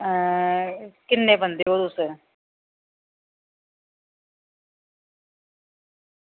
अ किन्ने बंदे ओ तुस